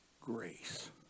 grace